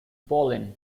pollen